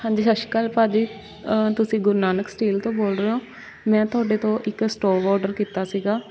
ਹਾਂਜੀ ਸਤਿ ਸ਼੍ਰੀ ਅਕਾਲ ਭਾਅ ਜੀ ਤੁਸੀਂ ਗੁਰੂ ਨਾਨਕ ਸਟਿਲ ਤੋਂ ਬੋਲ ਰਹੇ ਹੋ ਮੈਂ ਤੁਹਾਡੇ ਤੋਂ ਇੱਕ ਸਟੋਵ ਔਰਡਰ ਕੀਤਾ ਸੀਗਾ